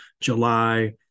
July